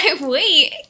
wait